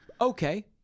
Okay